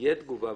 תהיה תגובה,